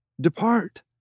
depart